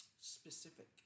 specific